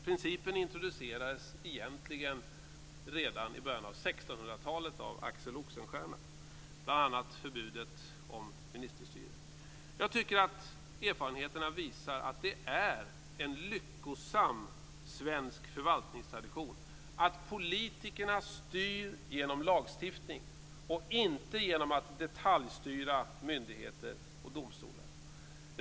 Principen introducerades egentligen redan i början av 1600-talet av Axel Oxenstierna med bl.a. förbudet mot ministerstyre. Jag tycker att erfarenheterna visar att det är en lyckosam svensk förvaltningstradition att politikerna styr genom lagstiftning och inte genom att detaljstyra myndigheter och domstolar.